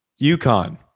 UConn